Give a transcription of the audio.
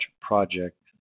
project